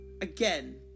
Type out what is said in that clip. again